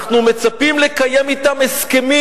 אנחנו מצפים לקיים אתם הסכמים,